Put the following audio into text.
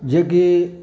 जेकि